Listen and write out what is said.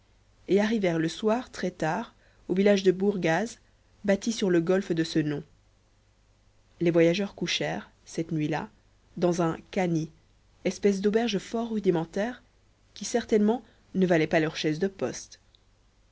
et arrivèrent le soir très tard au village de bourgaz bâti sur le golfe de ce nom les voyageurs couchèrent cette nuit-là dans un khani espèce d'auberge fort rudimentaire qui certainement ne valait pas leur chaise de poste